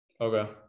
Okay